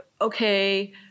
Okay